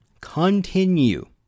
continue